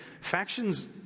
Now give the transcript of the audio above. factions